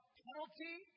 penalty